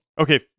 Okay